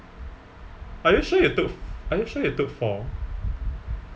are you sure you took f~ are you sure you took four